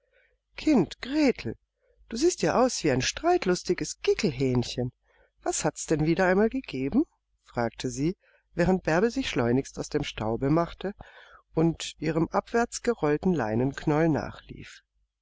kind gretel du siehst ja aus wie ein streitlustiges kickelhähnchen was hat's denn wieder einmal gegeben fragte sie während bärbe sich schleunigst aus dem staube machte und ihrem abwärts gerollten leinenknäuel nachlief